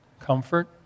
comfort